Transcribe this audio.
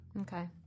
Okay